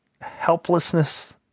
helplessness